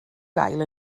gael